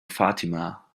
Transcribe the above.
fatima